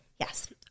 Yes